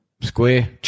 square